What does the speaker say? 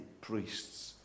priests